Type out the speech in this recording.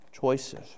choices